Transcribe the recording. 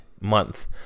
month